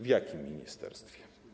W jakim ministerstwie?